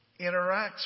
interacts